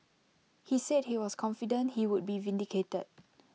he said he was confident he would be vindicated